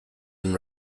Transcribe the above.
and